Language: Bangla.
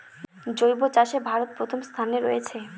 জৈব চাষে ভারত প্রথম অবস্থানে রয়েছে